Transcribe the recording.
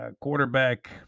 quarterback